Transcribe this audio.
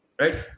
Right